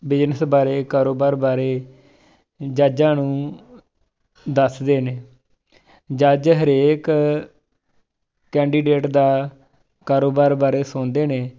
business ਬਾਰੇ ਕਾਰੋਬਾਰ ਬਾਰੇ ਜੱਜਾਂ ਨੂੰ ਦੱਸਦੇ ਨੇ ਜੱਜ ਹਰੇਕ ਕੈਂਡੀਡੇਟ ਦਾ ਕਾਰੋਬਾਰ ਬਾਰੇ ਸੁਣਦੇ ਨੇ